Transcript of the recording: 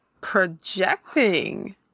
projecting